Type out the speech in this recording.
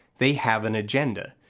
they have an agenda.